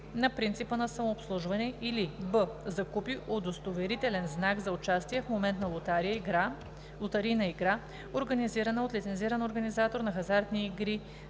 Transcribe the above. на принципа на самообслужване, или б) закупи удостоверителен знак за участие в моментна лотарийна игра, организирана от лицензиран организатор на хазартни игри